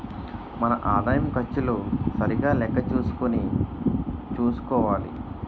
మన ఆదాయం ఖర్చులు సరిగా లెక్క చూసుకుని చూసుకోవాలి